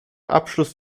abschluss